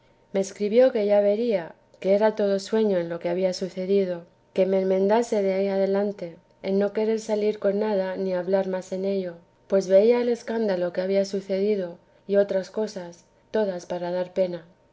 me escribió que ya vería que era todo sueño en lo que había sucedido que me enmendase de ahí adelante en no querer salir con nada ni hablar más en ello pues veía el escándalo que había sucedido y otras cosas todas para dar pena